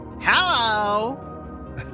hello